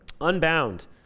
unbound